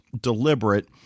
deliberate